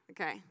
Okay